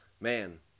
man